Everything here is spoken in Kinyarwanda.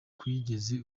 bwigeze